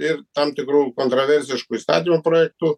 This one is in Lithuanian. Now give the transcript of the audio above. ir tam tikrų kontroversiškų įstatymų projektų